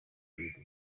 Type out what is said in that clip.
bintu